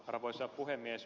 arvoisa puhemies